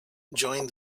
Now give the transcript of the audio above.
joined